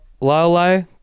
Lolo